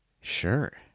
sure